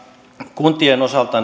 kuntien osalta